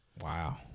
Wow